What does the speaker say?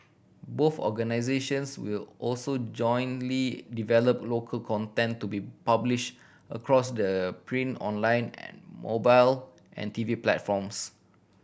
both organisations will also jointly develop local content to be publish across the print online mobile and T V platforms